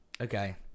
Okay